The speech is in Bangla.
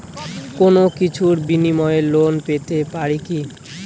কোনো কিছুর বিনিময়ে লোন পেতে পারি কি?